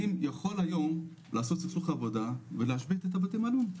אני יכול היום לעשות סכסוך עבודה ולהשבית את בתי המלון,